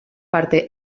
parte